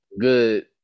good